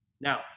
Now